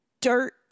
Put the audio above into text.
dirt